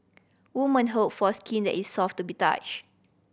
woman hope for skin that is soft to the touch